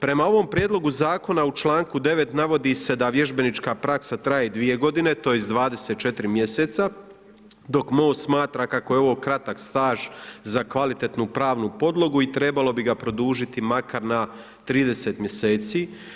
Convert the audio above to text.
Prema ovom prijedlogu zakona u članku 9. navodi se da vježbenička praksa traje 2 godine, tj. 24 mjeseca, dok Most smatra kako je ovo kratak staž za kvalitetnu pravnu podlogu i trebalo bi ga produžiti makar na 30 mjeseci.